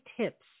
tips